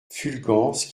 fulgence